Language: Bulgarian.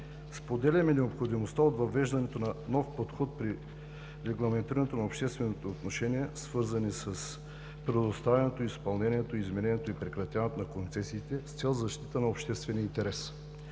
Споделяме необходимостта от въвеждането на нов подход при регламентирането на обществените отношения, свързани с предоставянето, изпълнението, изменението и прекратяването на концесиите с цел защита на обществения интерес.